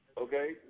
Okay